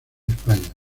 españa